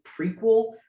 prequel